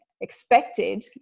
expected